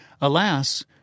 alas